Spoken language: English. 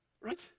Right